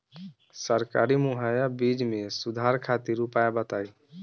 सरकारी मुहैया बीज में सुधार खातिर उपाय बताई?